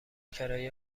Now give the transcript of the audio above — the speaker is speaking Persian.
کرایه